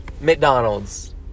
McDonald's